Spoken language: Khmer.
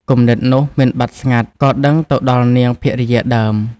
គំនិតនោះមិនបាត់ស្ងាត់ ក៏ដឹងទៅដល់នាង ភរិយាដើម ។